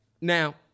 Now